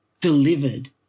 delivered